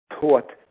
taught